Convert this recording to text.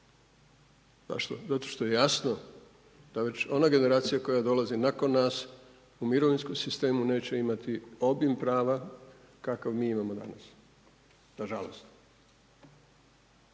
Zato što je jasno da ona generacija koja dolazi nakon nas u mirovinskom sistemu neće imati obim prava kakav mi imamo danas, na žalost.